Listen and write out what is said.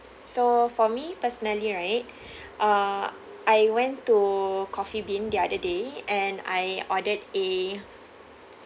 so for me personally right err I went to coffee bean the other day and I ordered a